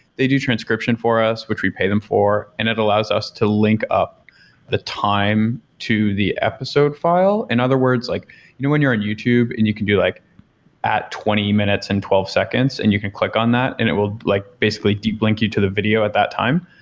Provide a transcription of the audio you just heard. they do transcription for us, which we pay them for and it allows us to link up the time to the episode file. in other words, like when you're in youtube and you can do it like at twenty minutes and twelve seconds and you can click on that and it will like basically link you to the video at that time.